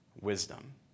wisdom